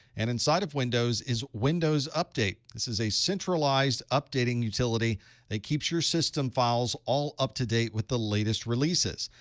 and inside of windows is windows update. this is a centralized updating utility that keeps your system files all up to date with the latest releases.